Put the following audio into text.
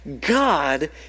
God